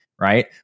right